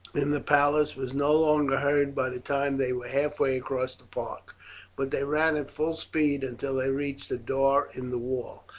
in the palace was no longer heard by the time they were halfway across the park but they ran at full speed until they reached a door in the wall.